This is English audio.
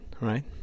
right